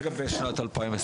מה לגבי שנת 2021?